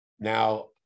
Now